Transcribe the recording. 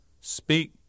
speak